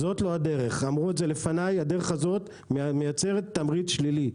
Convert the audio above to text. הדרך פה מייצרת תמריץ שלילי,